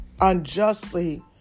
unjustly